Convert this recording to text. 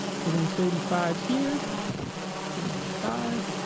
put in thirty five here thirty five